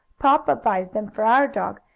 papa buys them for our dog,